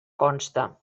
consta